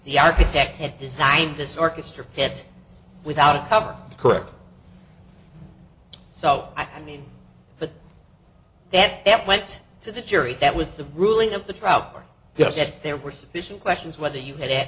the architect had designed this orchestra pits without a cover correct so i mean but that that went to the jury that was the ruling of the trout you have said there were sufficient questions whether you had at